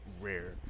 rare